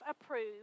approved